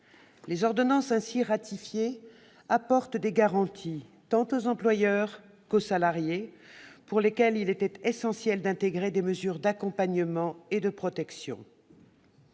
Les ordonnances ainsi ratifiées apportent des garanties tant aux employeurs qu'aux salariés, pour lesquels il était essentiel d'intégrer des mesures d'accompagnement et de protection.